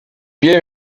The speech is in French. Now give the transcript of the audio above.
pied